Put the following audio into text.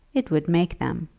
it would make them.